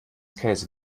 käse